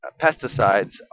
pesticides